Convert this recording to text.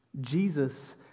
Jesus